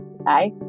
bye